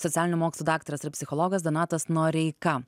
socialinių mokslų daktaras ir psichologas donatas noreika